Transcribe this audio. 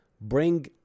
bring